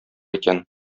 икән